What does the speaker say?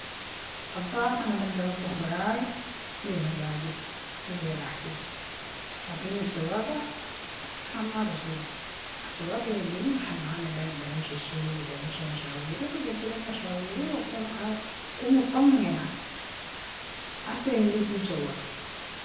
طباخ انا بقدر اطبخ براي بي مزاجي و براحتي لكن السواقة، ما بسوق، السواق يوديني محل ما انا دار دايرة امشي السوق، دايرة امشي مشاويري، بقضي لي مشاويري و اكون اكون مطمنة يعني، احسن عندي يكون سواق.